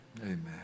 Amen